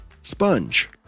sponge